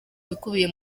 bikubiye